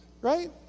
right